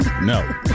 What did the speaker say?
No